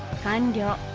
hundred